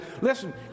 listen